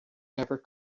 never